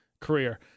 career